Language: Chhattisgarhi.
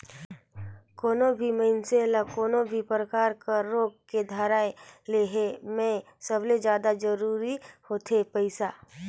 कोनो भी मइनसे ल कोनो भी परकार के रोग के धराए ले हे में सबले जादा जरूरी होथे पइसा